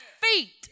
feet